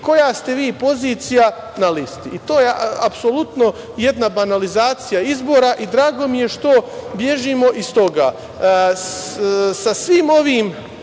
koja ste vi pozicija na listi i to je apsolutno jedna banalizacija izbora i drago mi je što bežimo iz toga. Sa svim ovim